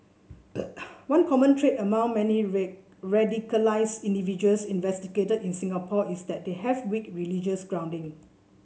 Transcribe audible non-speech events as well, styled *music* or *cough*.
*noise* one common trait among many red radicalised individuals investigated in Singapore is that they have weak religious grounding